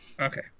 Okay